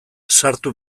sartu